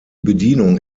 bedienung